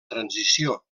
transició